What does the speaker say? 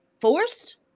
Forced